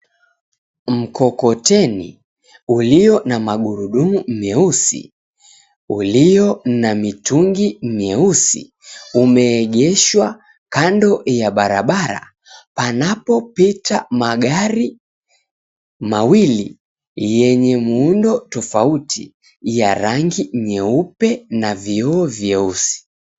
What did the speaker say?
Mkokoteni ulio na magurudumu meusi, ulio na mitungi mieusi umeegeshwa kando ya barabara panapopita magari mawili yenye muundo tofauti ya rangi nyeupe na vioo vyeusi.